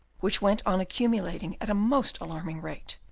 which went on accumulating at a most alarming rate,